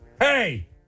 Hey